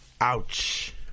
Ouch